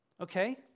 Okay